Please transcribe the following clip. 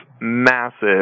massive